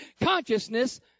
consciousness